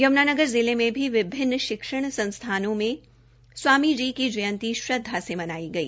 यमुनानगर जिले में भी विभिन्न शिक्षण संसथानों में स्वामी जी जयंती श्रदधां से मनाई गई